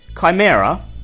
Chimera